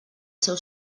seu